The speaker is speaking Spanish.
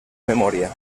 memoria